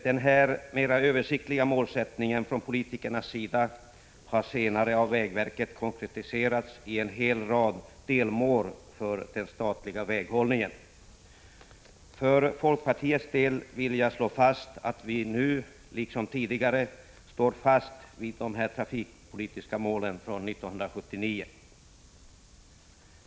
Denna mera översiktliga målsättning från politikernas sida har senare av vägverket konkretiserats i en hel rad delmål för den statliga väghållningen. För folkpartiets del vill jag slå fast att vi nu, liksom tidigare, står bakom de trafikpolitiska målen från 1979.